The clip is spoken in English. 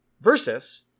Versus